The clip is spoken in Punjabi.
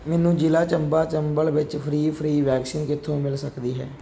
ਮੈਨੂੰ ਜ਼ਿਲ੍ਹਾ ਚੰਬਾ ਚੰਬਲ ਵਿੱਚ ਫ੍ਰੀ ਫ੍ਰੀ ਵੈਕਸੀਨ ਕਿੱਥੋਂ ਮਿਲ ਸਕਦੀ ਹੈ